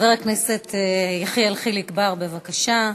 חבר הכנסת יחיאל חיליק בר, בבקשה,